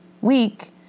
week